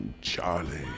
Charlie